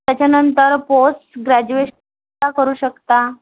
त्याच्यानंतर पोस्ट ग्रॅजुएशनही करू शकता